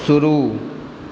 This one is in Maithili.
शुरू